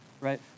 right